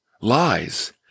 lies